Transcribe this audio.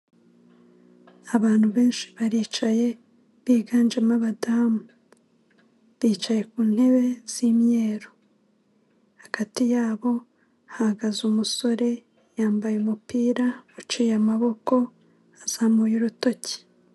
Abantu benshi baricaye, biganjemo abadamu. Bicaye ku ntebe z'imyeru. Hagati yabo hahagaze umusore, yambaye umupira uciye amaboko, azamuye urutoki.